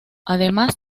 además